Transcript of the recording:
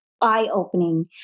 eye-opening